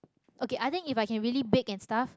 okay I think if I can really bake and stuff